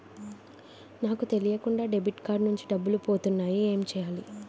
నాకు తెలియకుండా debit card నుంచి డబ్బులు పోతున్నాయి ఎం చెయ్యాలి?